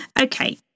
Okay